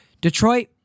Detroit